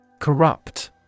Corrupt